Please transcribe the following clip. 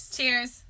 Cheers